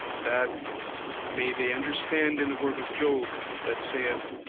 that may they understand in the word of job, that saith,